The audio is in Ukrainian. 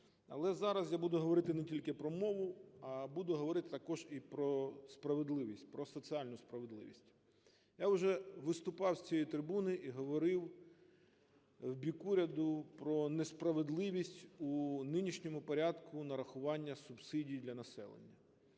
Але зараз я буду говорити не тільки про мову, а буду говорити і також про справедливість, про соціальну справедливість. Я вже виступав з цієї трибуни і говорив в бік уряду про несправедливість в нинішньому порядку нарахування субсидій для населення.